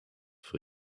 for